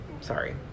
sorry